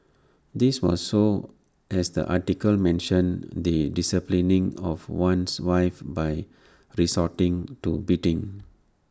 this was so as the article mentioned the disciplining of one's wife by resorting to beating